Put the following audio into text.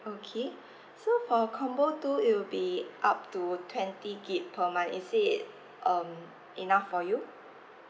okay so for combo two it will be up to twenty gig per month is it um enough for you